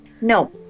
No